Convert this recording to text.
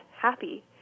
happy